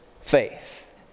faith